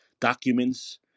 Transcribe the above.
documents